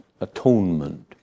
atonement